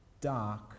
dark